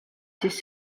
siis